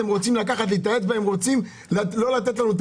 הם רוצים לקחת לי את היד והם רוצים לא לתת לנו את